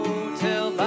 Hotel